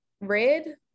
red